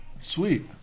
Sweet